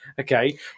Okay